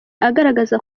agaragaza